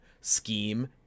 scheme